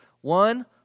One